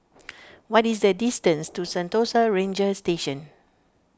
what is the distance to Sentosa Ranger Station